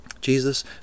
Jesus